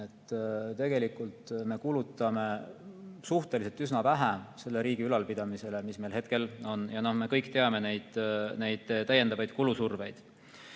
Tegelikult me kulutame suhteliselt üsna vähe selle riigi ülalpidamisele, mis meil on. Me kõik teame neid täiendavaid kulusurveid.